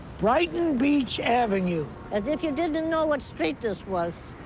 brighton beach avenue. as if you didn't know what street this was.